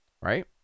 right